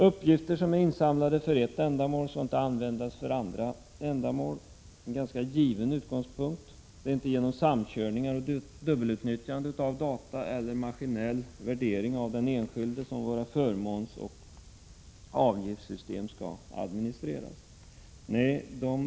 Uppgifter som är insamlade för ett ändamål får inte användas för andra ändamål — en ganska given utgångspunkt. Det är inte genom samkörning och dubbelutnyttjande av data eller maskinell värdering av den enskilde som våra förmånsoch avgiftssystem skall administreras.